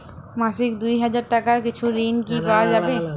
মাসিক দুই হাজার টাকার কিছু ঋণ কি পাওয়া যাবে?